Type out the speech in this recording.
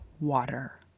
water